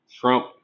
Trump